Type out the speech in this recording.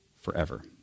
forever